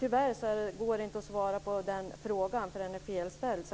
Tyvärr går det inte att svara på den frågan, för den är felställd.